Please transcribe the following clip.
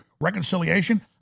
reconciliation